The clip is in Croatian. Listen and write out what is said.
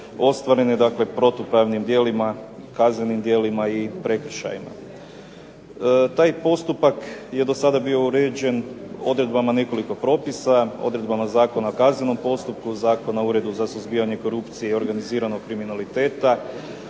ostvarene protupravnim djelima, kaznenim djelima i prekršajima. Taj postupak je do sad bio uređen odredbama nekoliko propisa, odredbama Zakona o kaznenom postupku, Zakona o Uredu za suzbijanje korupcije i organiziranog kriminaliteta,